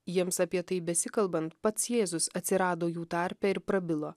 jiems apie tai besikalbant pats jėzus atsirado jų tarpe ir prabilo